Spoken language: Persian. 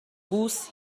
بوس